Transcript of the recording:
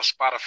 Spotify